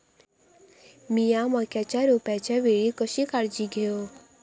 मीया मक्याच्या रोपाच्या वेळी कशी काळजी घेव?